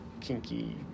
kinky